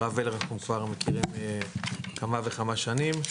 הרב ולר, אנחנו כבר מכירים כמה וכמה שנים.